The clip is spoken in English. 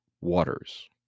waters